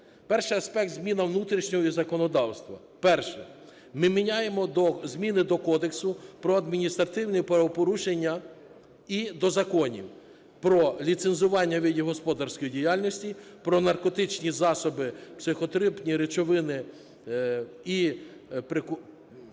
Перший аспект – зміна внутрішнього законодавства. Перше – ми міняємо зміни до Кодексу про адміністративні правопорушення і до законів "Про ліцензування видів господарської діяльності", "Про наркотичні засоби, психотропні речовини і прекурсори"